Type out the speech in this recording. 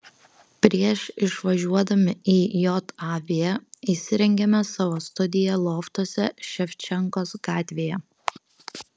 prieš išvažiuodami į jav įsirengėme savo studiją loftuose ševčenkos gatvėje